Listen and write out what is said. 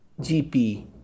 GP